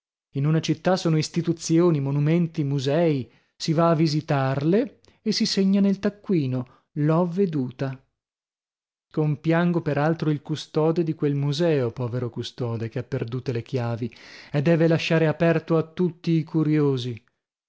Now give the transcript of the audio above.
in una città sono istituzioni monumenti musei si va a visitarle e si segna nel taccuino l'ho veduta compiango per altro il custode di quel museo povero custode che ha perdute le chiavi e deve lasciare aperto a tutti i curiosi